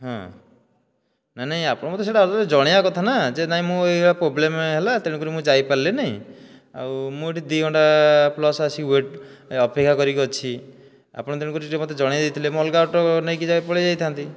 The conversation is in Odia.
ହଁ ନା ନାଇଁ ନାଇଁ ଆପଣ ସେଇଟା ମୋତେ ଜଣେଇବା କଥା ନା କି ନାଇଁ ଏହା ପ୍ରୋବ୍ଲେମ ହେଲା ତେଣୁ କରି ମୁଁ ଯାଇ ପାରିଲିନି ଆଉ ମୁ ଏଇଠି ଦି ଘଣ୍ଟା ପ୍ଲସ ଆସି ୱେଟ ଅପେକ୍ଷା କରିକି ଅଛି ଆପଣ ତେଣୁ କରି ଟିକେ ମୋତେ ଜଣେଇ ଦେଇଥିଲେ ମୁଁ ଅଲଗା ଅଟୋ ନେଇକି ପଳେଇ ଯାଇଥାନ୍ତି